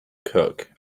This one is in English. cock